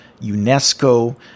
UNESCO